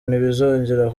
ntibizongera